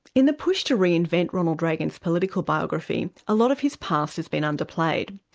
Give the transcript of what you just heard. in the push to reinvent ronald reagan's political biography, a lot of his past has been underplayed.